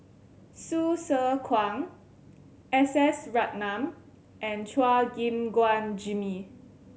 Hsu Tse Kwang S S Ratnam and Chua Gim Guan Jimmy